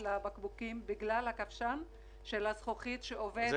של הבקבוקים בגלל שכבשן הזכוכית עובד בשבת.